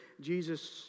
Jesus